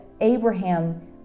Abraham